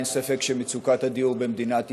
אין ספק שמצוקת הדיור במדינת ישראל,